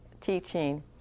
teaching